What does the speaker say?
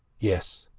yes,